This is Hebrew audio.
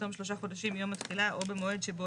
בתום שלושה חודשים מיום התחילה או במועד שבו